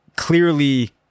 clearly